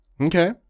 Okay